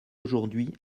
aujourd’hui